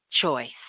choice